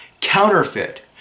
counterfeit